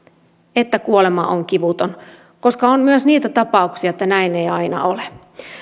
että kuolema on kivuton koska on myös niitä tapauksia että näin ei aina ole